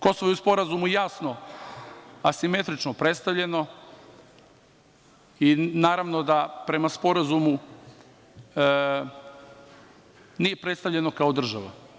Kosovo je u Sporazumu jasno asimetrično predstavljeno i, naravno, prema Sporazumu nije predstavljeno kao država.